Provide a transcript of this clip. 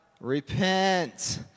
repent